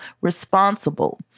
responsible